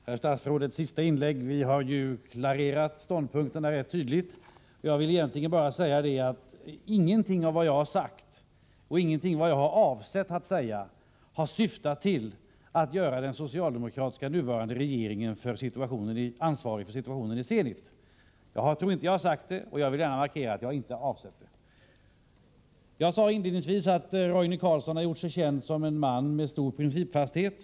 Herr talman! Ett sista inlägg, herr statsråd. Vi har ju klarerat ståndpunkterna rätt tydligt. Jag vill egentligen bara säga att ingenting av det jag har sagt och ingenting jag har avsett att säga har syftat till att göra den nuvarande socialdemokratiska regeringen ansvarig för situationen i Zenit. Jag tror inte att jag har sagt något sådant, och jag vill gärna säga att jag inte heller har avsett något sådant. Jag sade inledningsvis att Roine Carlsson har gjort sig känd som en man med stor principfasthet.